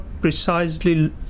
precisely